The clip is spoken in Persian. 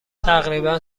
تقریبا